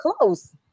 close